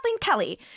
kelly